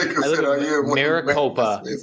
Maricopa